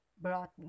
brought